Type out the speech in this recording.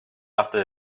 after